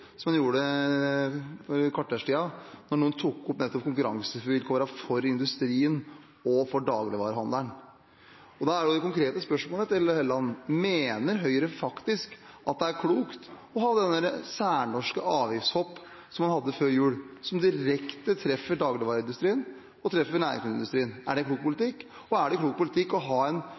som han gjorde for et kvarters tid siden, da noen tok opp nettopp konkurransevilkårene for industrien og for dagligvarehandelen. Da er det konkrete spørsmålet til representanten Helleland: Mener Høyre faktisk at det er klokt å ha sånne særnorske avgiftshopp som man hadde før jul, som direkte treffer dagligvareindustrien og næringsmiddelindustrien? Er det en klok politikk? Og er det klok politikk å ha en